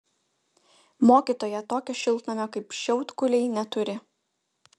mokytoja tokio šiltnamio kaip šiaudkuliai neturi